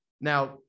Now